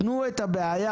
תנו את הבעיה.